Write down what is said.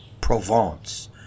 Provence